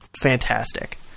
fantastic